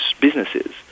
businesses